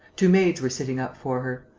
two maids were sitting up for her.